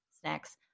snacks